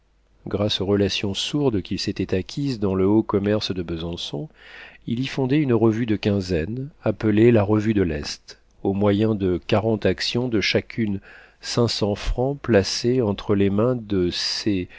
grâces aux relations sourdes qu'il s'était acquises dans le haut commerce de besançon il y fondait une revue de quinzaine appelée la revue de l'est au moyen de quarante actions de chacune cinq cents francs placées entre les mains de ses